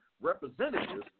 representatives